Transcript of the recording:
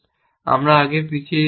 আমরা আগে পিছিয়ে যেতে পারি